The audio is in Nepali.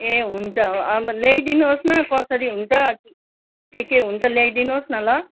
ए हुन्छ अब ल्याइ दिनुहोस् न कसरी हुन्छ के के हुन्छ ल्याइदिनुहोस् न ल